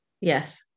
yes